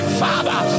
father